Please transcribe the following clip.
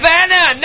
Vanna